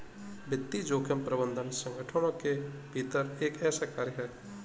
वित्तीय जोखिम प्रबंधन संगठनों के भीतर एक ऐसा कार्य है